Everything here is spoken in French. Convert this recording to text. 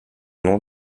nom